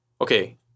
Okay